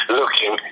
looking